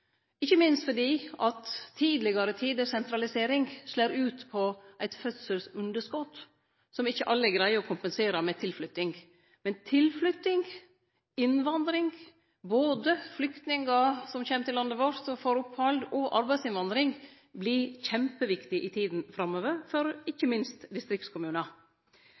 ikkje minst fordi sentralisering frå tidlegare tider slår ut i eit fødselsunderskot som ikkje alle greier å kompensere med tilflytting. Men tilflytting, innvandring – både flyktningar som kjem til landet vårt og får opphald, og arbeidsinnvandring – vert kjempeviktig i tida framover, ikkje minst for distriktskommunar.